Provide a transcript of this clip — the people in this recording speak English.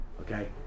Okay